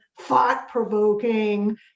thought-provoking